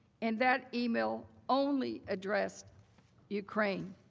and that email only addressed ukraine.